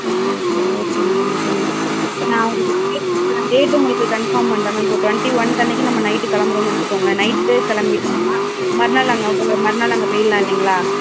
okay okay okay madam okay madam இப்போ நான் உங்களுக்கு டேட்டு இப்போ நான் டேட்டு உங்களுக்கு கன்ஃபார்ம் பண்ணுறேன் மேம் இப்போ ஒரு டொண்ட்டி ஒன்த் அன்னிக்கு நம்ம நைட்டு கிளம்பறோம் வச்சிக்கோங்களேன் நைட்டே கிளம்பிட்டோம்னா மறுநாள் நாங்கள் இப்போ ஒரு மறுநாள் நாங்கள் போயிரலாம் இல்லைங்களா